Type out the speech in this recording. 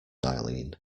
eileen